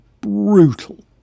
brutal